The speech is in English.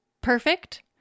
perfect